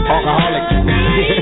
Alcoholics